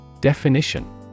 Definition